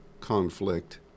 conflict